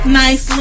nice